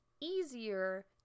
easier